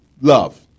Love